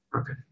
Okay